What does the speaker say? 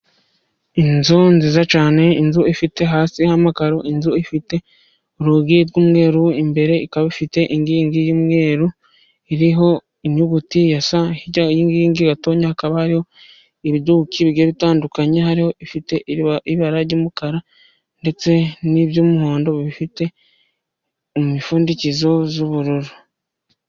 Inzu nziza cyane, inzu ifite hasi h'amakaro, inzu ifite urugi rw'umweru, imbere ikaba ifite inkingi y'umweru iriho inyuguti ya S, hirya y'iyi nkingi gatoya hakaba ibiduki bitandukanye, hariho ifite ibara ry'umukara, ndetse n'iby'umuhondo bifite imipfundikizo y'ubururu.